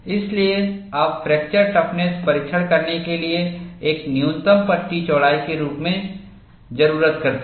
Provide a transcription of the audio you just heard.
इसलिए आप fracture toughness परीक्षण करने के लिए एक न्यूनतम पट्टी चौड़ाई के रूप में जरूरत है